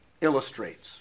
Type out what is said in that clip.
illustrates